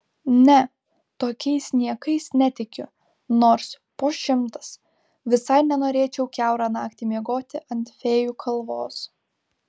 ne tokiais niekais netikiu nors po šimtas visai nenorėčiau kiaurą naktį miegoti ant fėjų kalvos